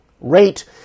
rate